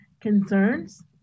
concerns